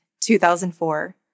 2004